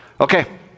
Okay